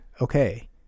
okay